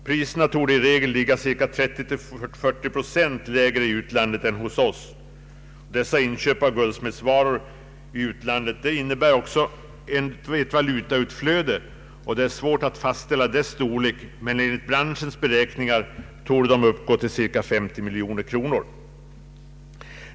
Priset torde i regel vara 30—40 procent lägre i utlandet än hos oss. Dessa inköp av guldsmedsvaror i utlandet innebär också ett valutautflöde. Det är svårt att fastställa dess storlek, men enligt branschens beräkningar torde det uppgå till cirka 50 miljoner kronor.